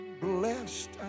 Blessed